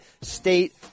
state